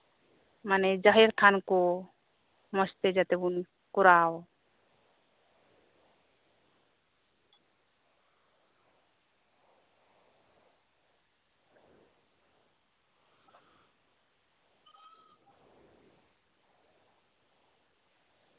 ᱢᱟᱱᱮ ᱡᱟᱦᱮᱨ ᱛᱷᱟᱱ ᱠᱚ ᱢᱚᱸᱡᱛᱮ ᱡᱟᱛᱮ ᱵᱚᱱ ᱠᱚᱨᱟᱣ